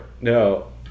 No